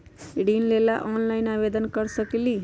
ऋण लेवे ला ऑनलाइन से आवेदन कर सकली?